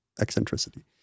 eccentricity